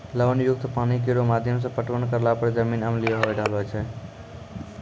लवण युक्त पानी केरो माध्यम सें पटवन करला पर जमीन अम्लीय होय रहलो छै